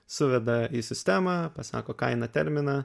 suveda į sistemą pasako kainą terminą